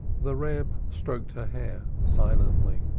the reb stroked her hair silently.